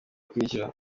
ikurikira